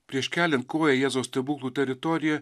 prieš keliant koją į jėzaus stebuklų teritoriją